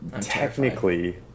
technically